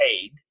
paid